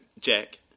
Jack